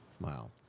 Wow